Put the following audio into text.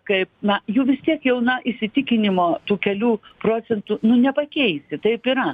kaip na jų vis tiek jau na įsitikinimo tų kelių procentų nu nepakeisi taip yra